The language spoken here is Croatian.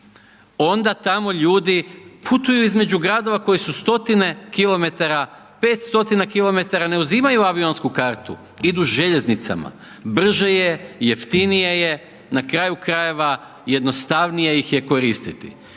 onda tamo ljudi putuju između gradova, koje su stotine kilometara, 5 stotina kilometara, ne uzimaju avionsku kartu, idu željeznicama. Brže je jeftinije je, na kraju krajeva jednostavnije ih je koristiti.